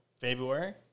February